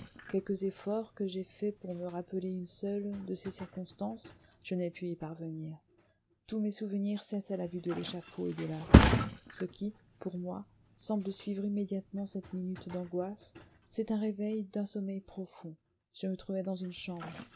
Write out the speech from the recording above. quelques efforts que j'aie faits pour me rappeler une seule de ces circonstances je n'ai pu y parvenir tous mes souvenirs cessent à la vue de l'échafaud et de la rue ce qui pour moi semble suivre immédiatement cette minute d'angoisses c'est un réveil d'un sommeil profond je me trouvai dans une chambre